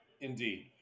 Indeed